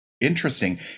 interesting